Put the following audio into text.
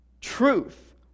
truth